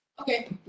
Okay